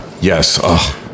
Yes